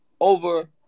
over